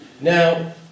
Now